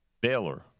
Baylor